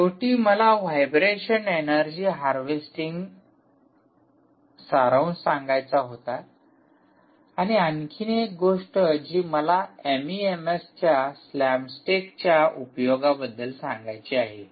शेवटी मला vibration energy harvesting सारांश सांगायचा होता आणि आणखी एक गोष्ट जी मला एमइएमएसच्या स्लॅम स्टेकच्या उपयोगाबद्दल सांगायची आहे